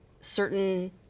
Certain